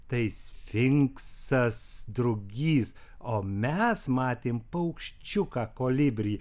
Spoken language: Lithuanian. tai sfinksas drugys o mes matėm paukščiuką kolibrį